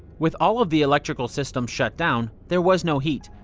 with all of the electrical systems shut down, there was no heat.